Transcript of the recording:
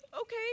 okay